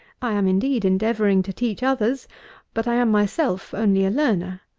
i am, indeed, endeavouring to teach others but i am myself only a learner.